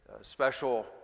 special